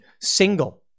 single